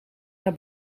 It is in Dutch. naar